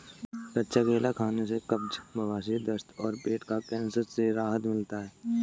कच्चा केला खाने से कब्ज, बवासीर, दस्त और पेट का कैंसर से राहत मिलता है